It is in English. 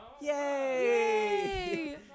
Yay